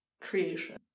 creation